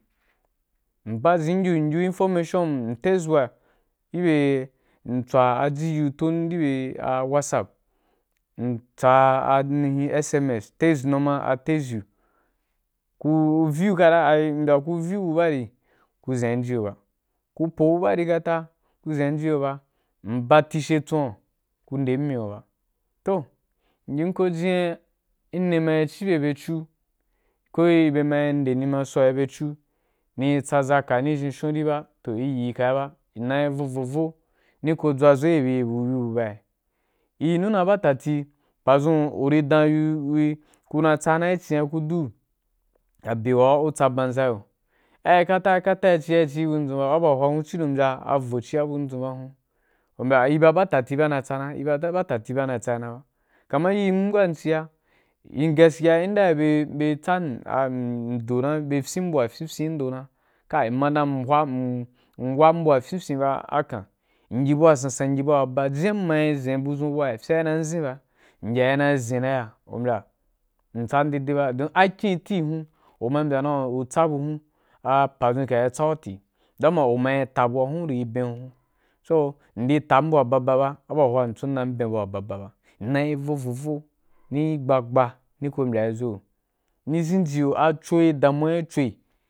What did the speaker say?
M’ba zin giyo m’ yi gu information mi text bu’a gi bye m tswaaji yigu gibe a whatssap, m tsa ainihu sms text normal text gu, gu view kata, m bya gu view bubari, ku dʒean ji ki yo ba, ku po bubari kata ku zeanji ki yo ba. Mba tishe tsua, ku nden mǐ yo ba, toh, myīn ko jín ya in ni mayi cì bye bye cu ko imma bye ma nde ni ma so bye imma bge ma noe ni ma so bye cu ni yi tsaza ka ni zhen shun ba ta iyi kaiyi ba. In na yi vo vo ni ko dʒwa’i zo gi be bu baya. I yinu dan bu ba tati pazun uri dan yi gu gu na tsa na icin ya ku du a be wa gudu ku tsa banʒa iyo. Ai kata, kata i ci a i ci bun zun ba a bua ci hoa wun a cidon dan a vo cia bun dzun ba hun u mbya i bayba tati ba na tsana, i ba ba tati ba na tsa na ba. Kaman iri bum wa in cia in gaskiya yanda bye am a a ndo na bye fyín bu wa fyin fyin kai m’madan m’wan bu wa fyin ba a kan in gyi bu wa sansan in yi buwa ba ba jinya ma yi zen buwa fye dan in zen ba mma ke na zen na ya, n’tsa m dei dei ba, don akin iti hum uma yi mbya u tsa bunum a rajun kayi tsa u’ ti dama u ma yi ta bu u ri ben gu hun so m di tan bu wa baba ba abua tsa mdin chiu wa mꞌ bei wa baba ba, m na yi vovovo ni gba gba ri ko mbya yi zo gi yo a choi, da mu wa gì choi